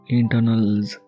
internals